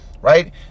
Right